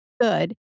good